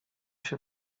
się